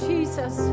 Jesus